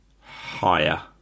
Higher